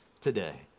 today